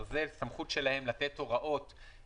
הדרך השנייה היא לתשאל אותו איפה בדיוק הוא היה.